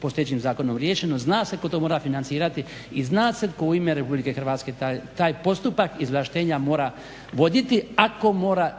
postojećim zakonom riješeno. Zna se tko to mora financirati i zna se tko u ime Republike Hrvatske taj postupak izvlaštenja mora voditi ako mora